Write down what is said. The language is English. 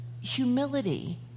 humility